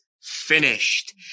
finished